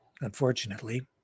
unfortunately